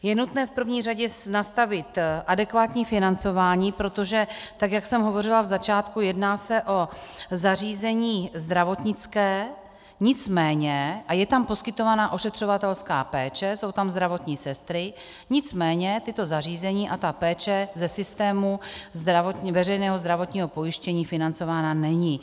Je nutné v první řadě nastavit adekvátní financování, protože tak jak jsem hovořila v začátku, jedná se o zařízení zdravotnické a je tam poskytována ošetřovatelská péče, jsou tam zdravotní sestry, nicméně tato zařízení a ta péče ze systému veřejného zdravotního pojištění financována není.